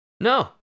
No